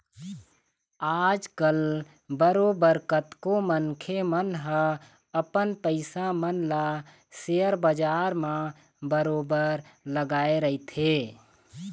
आजकल बरोबर कतको मनखे मन ह अपन पइसा मन ल सेयर बजार म बरोबर लगाए रहिथे